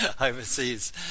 overseas